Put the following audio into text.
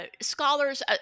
scholars